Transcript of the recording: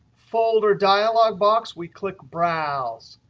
folder dialog box we click browse.